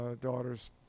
daughters